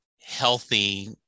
healthy